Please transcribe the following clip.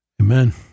amen